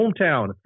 hometown